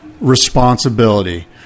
responsibility